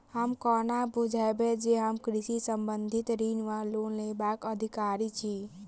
हम कोना बुझबै जे हम कृषि संबंधित ऋण वा लोन लेबाक अधिकारी छी?